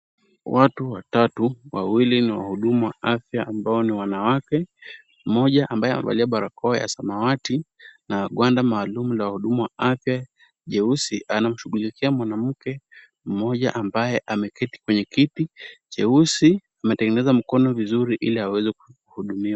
Watu watatu wawili ni wahudumu wa afya ambao ni wanawake. Mmoja ambaye amevalia barakoa ya samawati na gwada maalum la wahudumu wa afya jeusi anamshughulikia mwanamke mmoja ambaye ameketi kwenye kiti jeusi ametengeneza mkono vizuri ili aweze kuhudumiwa.